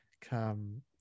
come